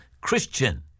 Christian